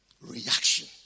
reaction